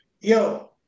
yo